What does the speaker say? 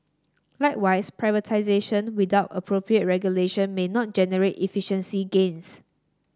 likewise privatisation without appropriate regulation may not generate efficiency gains